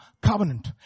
covenant